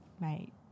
mate